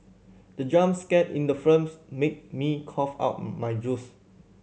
the jump scare in the films made me cough out my juice